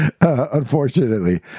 unfortunately